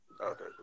Okay